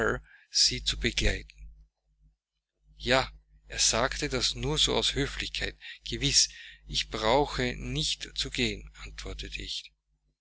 sie zu begleiten ja er sagte das nur so aus höflichkeit gewiß ich brauche nicht zu gehen antwortete ich